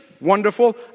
wonderful